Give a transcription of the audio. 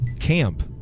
camp